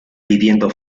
pidiendo